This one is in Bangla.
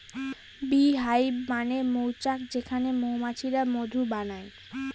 বী হাইভ মানে মৌচাক যেখানে মৌমাছিরা মধু বানায়